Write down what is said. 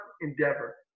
endeavor